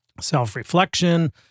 self-reflection